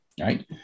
right